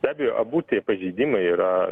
be abejo abu tie pažeidimai yra